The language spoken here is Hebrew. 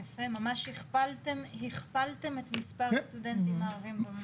יפה, ממש הכפלתם את מספר הסטודנטים הערבים.